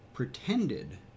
Pretended